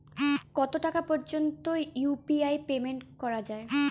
কত টাকা পর্যন্ত ইউ.পি.আই পেমেন্ট করা যায়?